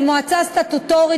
המועצה היא מועצה סטטוטורית,